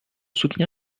soutenir